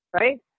Right